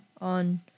on